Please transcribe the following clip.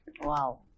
Wow